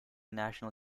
national